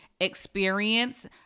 experience